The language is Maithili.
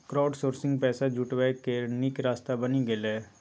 क्राउडसोर्सिंग पैसा जुटबै केर नीक रास्ता बनि गेलै यै